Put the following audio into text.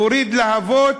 להוריד להבות.